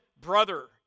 brother